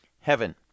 heaven